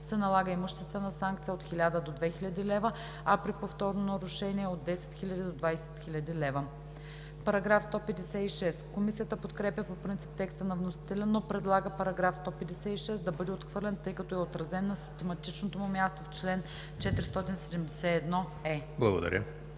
се налага имуществена санкция от 1000 до 2000 лв., а при повторно нарушение – от 10 000 до 20 000 лв.“ Комисията подкрепя по принцип текста на вносителя, но предлага § 156 да бъде отхвърлен, тъй като е отразен на систематичното му място в чл. 471е.